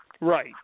Right